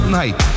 night